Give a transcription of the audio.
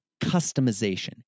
customization